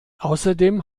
außerdem